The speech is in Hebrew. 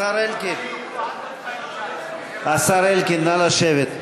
השר אלקין, נא לשבת.